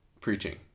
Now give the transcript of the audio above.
preaching